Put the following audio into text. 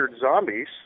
zombies